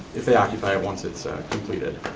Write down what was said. if they occupy it once it's completed.